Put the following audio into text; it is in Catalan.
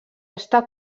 està